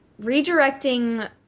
redirecting